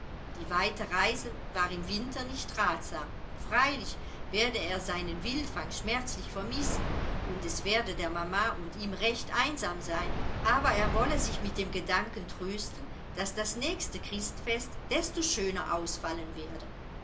die weite reise war im winter nicht ratsam freilich werde er seinen wildfang schmerzlich vermissen und es werde der mama und ihm recht einsam sein aber er wolle sich mit dem gedanken trösten daß das nächste christfest desto schöner ausfallen werde